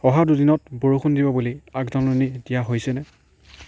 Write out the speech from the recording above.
অহা দুদিনত বৰষুণ দিব বুলি আগজাননী দিয়া হৈছেনে